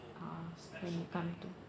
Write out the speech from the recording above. uh when it come to